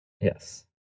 yes